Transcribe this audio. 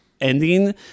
ending